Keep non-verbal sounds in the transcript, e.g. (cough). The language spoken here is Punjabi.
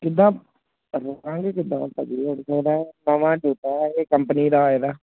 ਕਿੱਦਾਂ (unintelligible) ਕੰਪਨੀ ਦਾ ਇਹਦਾ